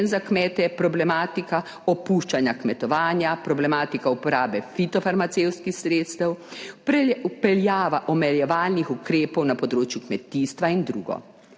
za kmete, problematika opuščanja kmetovanja, problematika uporabe fitofarmacevtskih sredstev, vpeljava omejevalnih ukrepov na področju kmetijstva in drugo.